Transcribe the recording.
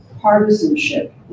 partisanship